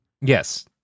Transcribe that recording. yes